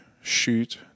shoot